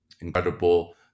incredible